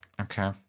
Okay